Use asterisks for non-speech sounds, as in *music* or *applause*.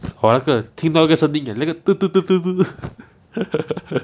hor 那个听到一个声音啊有那个 *laughs*